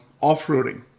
off-roading